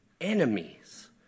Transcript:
enemies